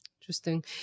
Interesting